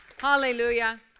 Hallelujah